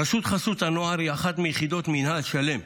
רשות חסות הנוער היא אחת מיחידות מנהל של"מ,